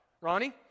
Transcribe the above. Ronnie